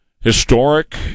historic